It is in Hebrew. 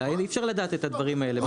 אי אפשר לדעת את הדברים האלה.